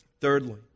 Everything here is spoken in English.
Thirdly